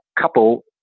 couple